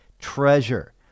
treasure